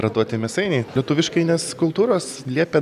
ratuoti mėsainiai lietuviškai nes kultūros liepia